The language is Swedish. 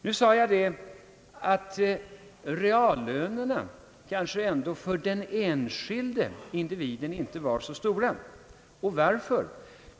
Jag sade att reallönerna kanske ändå för den enskilde individen inte var så stora. Varför?